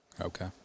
Okay